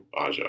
Aja